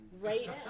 right